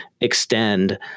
extend